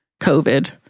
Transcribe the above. COVID